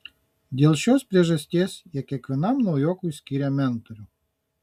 dėl šios priežasties jie kiekvienam naujokui skiria mentorių